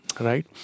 right